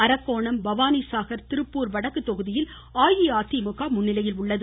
அரக்கோணம் பவானிசாகர் திருப்பூர் வடக்கு தொகுதியில் அஇஅதிமுக முன்னிலையில் உள்ளது